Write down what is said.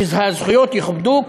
שהזכויות יכובדו,